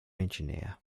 engineer